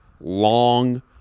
long